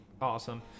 Awesome